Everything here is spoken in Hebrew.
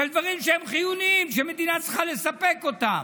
של דברים חיוניים שמדינה צריכה לספק אותם.